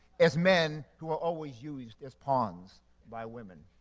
as men who are always used as pawns by women.